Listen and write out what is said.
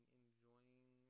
enjoying